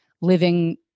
living